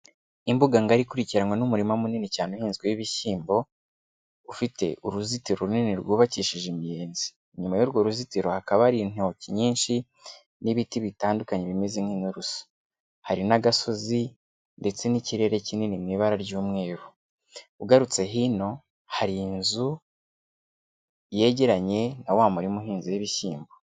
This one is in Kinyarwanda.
Imbuganga ngari ikurikiranwa n'umurima munini cyane uhinzweho ibishyimbo, ufite uruzitiro runini rwubakishije imiyenzi. Inyuma y'urwo ruzitiro hakaba hari intoki nyinshi n'ibiti bitandukanye bimeze nk'inturusu. Hari n'agasozi ndetse n'ikirere kinini mu ibara ry'umweru. Ugarutse hino hari inzu yegeranye na wa murima uhinzeho ibishyimbo.